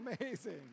amazing